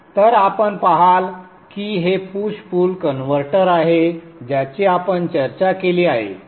तर आपण पहाल की हे पुश पुल कन्व्हर्टर आहे ज्याची आपण चर्चा केली आहे